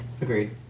Agreed